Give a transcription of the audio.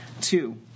two